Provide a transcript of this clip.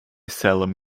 salem